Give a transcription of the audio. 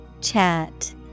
Chat